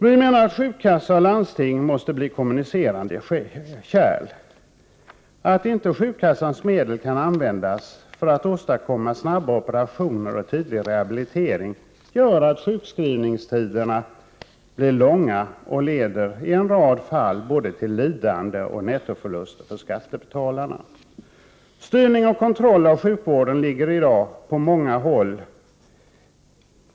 Vi menar att sjukkassa och landsting måste bli kommunicerande kärl. Att inte sjukkassans medel kan användas för att åstadkomma snabba operationer och tidig rehabilitering gör att sjukskrivningstiderna blir långa och i en rad fall leder till både lidande och nettoförluster för skattebetalarna. Styrning och kontroll av sjukvården utövas i dag på många håll.